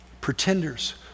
pretenders